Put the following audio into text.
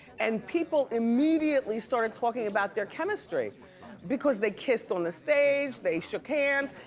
and people immediately started talking about their chemistry because they kissed on the stage, they shook hands.